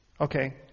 Okay